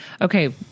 Okay